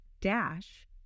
dash